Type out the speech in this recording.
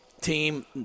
team